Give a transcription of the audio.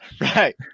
right